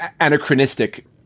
anachronistic